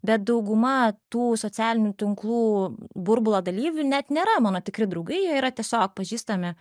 bet dauguma tų socialinių tinklų burbulo dalyvių net nėra mano tikri draugai yra tiesiog pažįstami